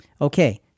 Okay